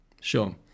Sure